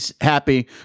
happy